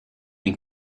den